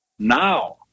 Now